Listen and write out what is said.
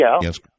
yes